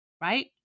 right